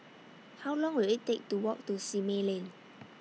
How Long Will IT Take to Walk to Simei Lane